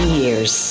years